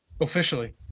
officially